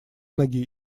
ноги